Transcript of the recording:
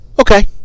Okay